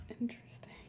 Interesting